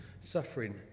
Suffering